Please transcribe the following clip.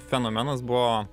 fenomenas buvo